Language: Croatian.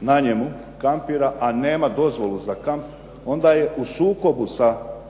na njemu kampira, a nema dozvolu za kamp, onda je u sukobu sa